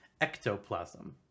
ectoplasm